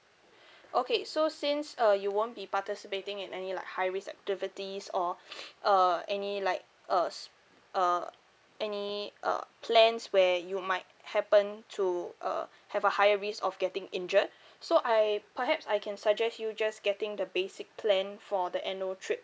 okay so since uh you won't be participating in any like high risk activities or uh any like uh uh any uh plans where you might happen to uh have a higher risk of getting injured so I perhaps I can suggest you just getting the basic plan for the annual trip